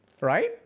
right